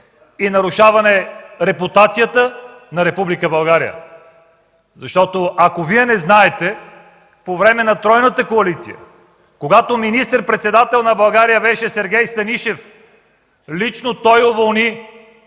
и нарушавате репутацията на Република България? Ако не знаете, по време на Тройната коалиция, когато министър-председател на България беше Сергей Станишев, той лично уволни